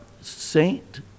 Saint